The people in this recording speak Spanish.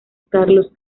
carlos